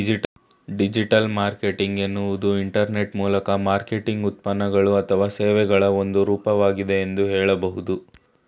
digital marketing ಎನ್ನುವುದು internet ಮೂಲಕ marketing ಉತ್ಪನ್ನಗಳು ಅಥವಾ ಸೇವೆಗಳ ಒಂದು ರೂಪವಾಗಿದೆ ಎಂದು ಹೇಳಬಹುದು